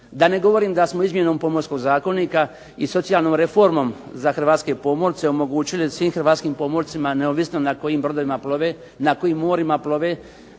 Da ne govorimo da smo izmjenom Pomorskog zakonika i socijalnom reformom za hrvatske pomorce omogućili svim hrvatskim pomorcima neovisno na kojim brodovima plove, na kojim morima plove